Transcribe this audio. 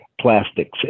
plastics